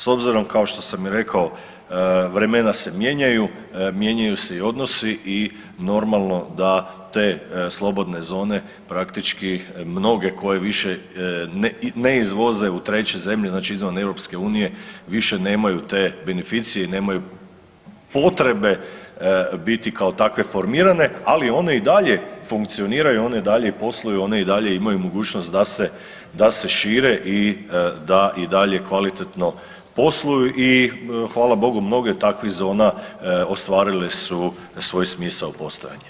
S obzirom kao što sam i rekao vremena se mijenjaju, mijenjaju se i odnosi i normalno da te slobodne zone praktički mnoge koje više ne izvoze u treće zemlje, znači izvan EU više nemaju te beneficije i nemaju potrebe biti kao takve formirane, ali one i dalje funkcioniranju, one i dalje posluju, one i dalje imaju mogućnost da se, da se šire i da i dalje kvalitetno posluju i hvala Bogu mnoge od takvih zona ostvarile su svoj smisao postojanja.